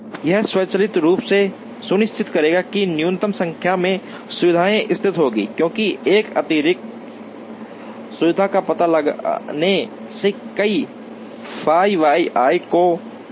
यह स्वचालित रूप से सुनिश्चित करेगा कि न्यूनतम संख्या में सुविधाएं स्थित होंगी क्योंकि एक अतिरिक्त सुविधा का पता लगाने से इस फाई वाई i को बढ़ाने जा रहा है